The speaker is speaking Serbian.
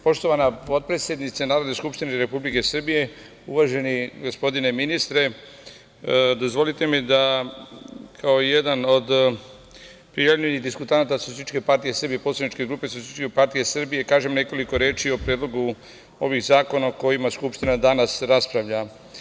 Poštovana potpredsednice Narodne skupštine Republike Srbije, uvaženi gospodine ministre, dozvolite mi da kao jedan od prijavljenih diskutanata Poslaničke grupe Socijalističke partije Srbije kažem nekoliko reči o predlogu ovih zakona o kojima Skupština danas raspravlja.